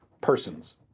persons